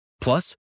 Plus